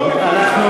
אני הייתי,